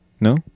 no